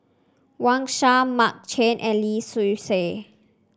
Wang Sha Mark Chan and Lee Seow Ser